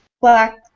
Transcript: Black